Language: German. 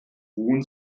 hohen